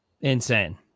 insane